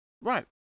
Right